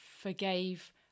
forgave